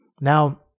Now